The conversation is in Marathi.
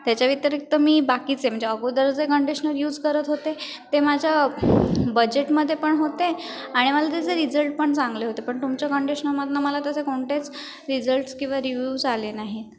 त्याच्या व्यतिरिक्त मी बाकीचे म्हणजे अगोदर जे कंडिशनर युज करत होते ते माझ्या बजेटमध्ये पण होते आणि मला त्याचे रिजल्ट पण चांगले होते पण तुमच्या कंडिशनरमधनं मला तसे कोणतेच रिजल्टस किंवा रिव्ह्यूज आले नाहीत